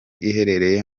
riherereye